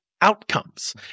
outcomes